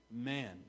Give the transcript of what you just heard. man